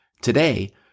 Today